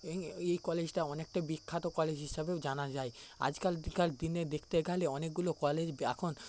এই এই কলেজটা অনেকটাই বিখ্যাত কলেজ হিসেবেও জানা যায় আজকালকার দিনে দেখতে গেলে অনেকগুলো কলেজ এখন